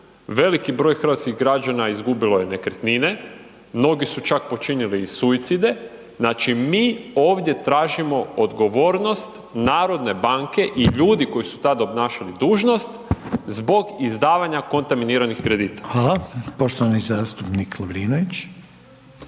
veliki broj hrvatskih građana izgubilo je nekretnine, mnogi su čak počinili i suicide. Znači mi ovdje tražimo odgovornost Narodne banke i ljudi koji su tada obnašali dužnost zbog izdavanja kontaminiranih kredita. **Reiner, Željko (HDZ)** Hvala. Poštovani zastupnik Lovrinović.